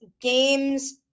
games